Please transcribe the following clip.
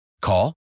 Call